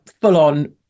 full-on